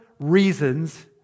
reasons